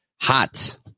Hot